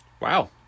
Wow